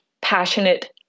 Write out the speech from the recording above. passionate